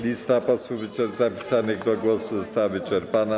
Lista posłów zapisanych do głosu została wyczerpana.